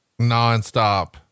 nonstop